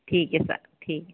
ठीक है सर ठीक है